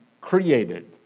created